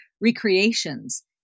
recreations